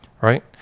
Right